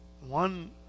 one